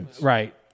Right